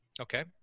Okay